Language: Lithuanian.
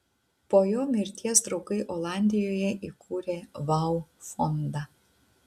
po jo mirties draugai olandijoje įkūrė vau fondą